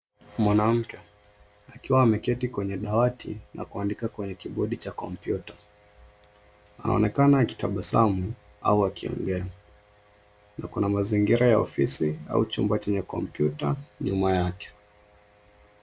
Mwanamke akiwa ameketi kwenye dawati na kuandika kwenye kibodi cha kompyuta. Anaonekana akitabasamu au akiongea na kuna mazingira ya ofisi au chumba chenye kompyuta nyuma yake.